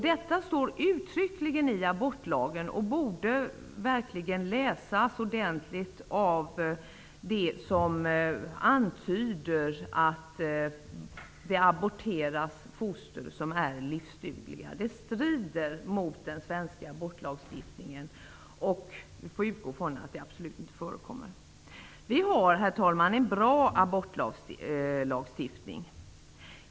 Detta står uttryckligen skrivet i abortlagen, och den borde verkligen läsas av dem som antyder att foster som är livsdugliga aborteras. Att göra så strider mot den svenska abortlagstiftningen, och vi får utgå från att det absolut inte förekommer. Vi har, herr talman, en bra abortlagstiftning.